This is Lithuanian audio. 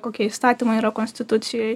kokie įstatymai yra konstitucijoj